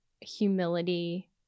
humility